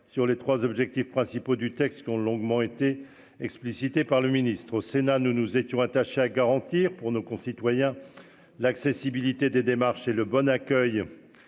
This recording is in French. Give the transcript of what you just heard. sur les 3 objectifs principaux du texte qu'ont longuement été explicitée par le ministre au Sénat ne nous étions attachés à garantir pour nos concitoyens. L'accessibilité des démarches et le bon accueil.